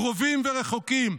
קרובים ורחוקים.